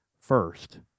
first